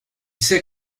sait